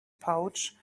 pouch